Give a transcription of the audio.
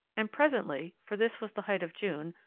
and presently for this was the height of june,